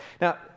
Now